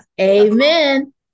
Amen